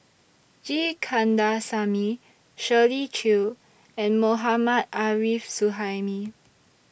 G Kandasamy Shirley Chew and Mohammad Arif Suhaimi